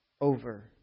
over